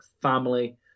family